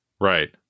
Right